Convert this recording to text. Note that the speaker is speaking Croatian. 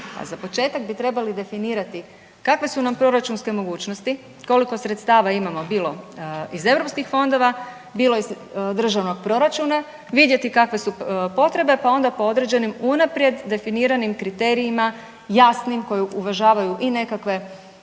za početak bi trebali definirati kakve su nam proračunske mogućnosti, koliko sredstava imamo bilo iz europskih fondova, bilo iz državnog proračuna, vidjeti kakve su potrebe, pa onda po određenim unaprijed definiranim kriterijima jasnim koji uvažavaju i nekakve socijalne